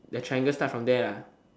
the triangle start from there lah